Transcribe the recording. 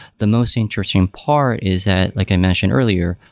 the most interesting part is that like i mentioned earlier,